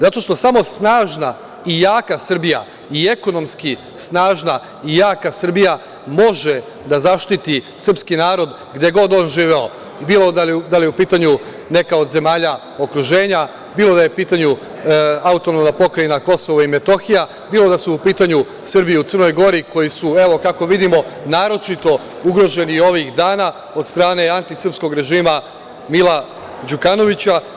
Zato što samo snažna i jaka Srbija, i ekonomski snažna i jaka Srbija može da zaštiti srpski narod gde god on živeo, bilo da je u pitanju neka od zemalja okruženja, bilo da je u pitanju AP Kosovo i Metohija, bilo da su u pitanju Srbi u Crnoj Gori koji su, evo kako vidimo, naročito ugroženi ovih dana od strane anti srpskog režima Mila Đukanovića.